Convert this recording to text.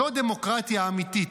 זו דמוקרטיה אמיתית,